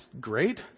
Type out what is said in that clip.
great